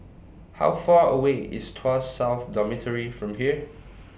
How Far away IS Tuas South Dormitory from here